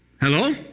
Hello